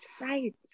Right